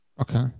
Okay